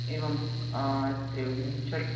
एवं त्रयोविंशतिः